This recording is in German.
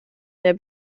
der